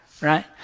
Right